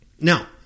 Now